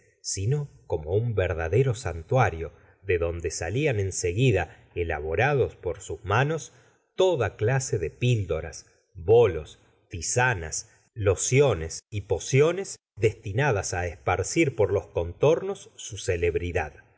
sino como un verdadero santuario de donde salían en seguida elaborados por sus manos toda clase de píldoras bolos tisanas locciones y pociones destinadas á esparcir por los contornos su celebridad